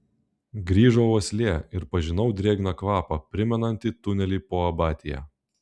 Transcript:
grįžo uoslė ir pažinau drėgną kvapą primenantį tunelį po abatija